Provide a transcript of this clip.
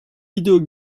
video